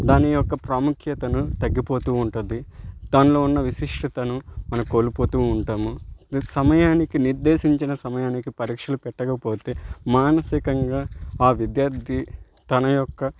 దాని యొక్క ప్రాముఖ్యత తగ్గిపోతూ ఉంటుం ది దాన్లో ఉన్న విశిష్టతను మనం కోల్పోతూ ఉంటాము సమయానికి నిర్దేశించిన సమయానికి పరీక్షలు పెట్టకపోతే మానసికంగా ఆ విద్యార్థి తన యొక్క